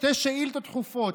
שתי שאילתות דחופות,